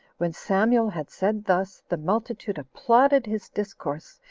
when samuel had said thus, the multitude applauded his discourse,